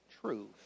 truth